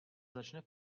začne